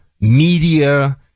media